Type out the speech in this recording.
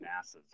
nasa's